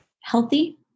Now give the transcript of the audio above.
healthy